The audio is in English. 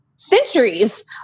Centuries